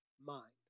mind